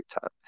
time